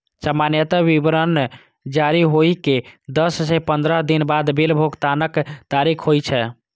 सामान्यतः विवरण जारी होइ के दस सं पंद्रह दिन बाद बिल भुगतानक तारीख होइ छै